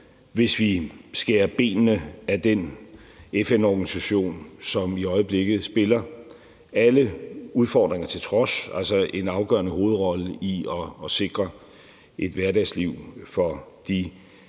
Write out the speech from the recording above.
hvis vi skærer benene af den FN-organisation, som i øjeblikket, alle udfordringer til trods, spiller en afgørende hovedrolle i at sikre et hverdagsliv for de